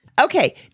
Okay